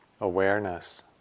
awareness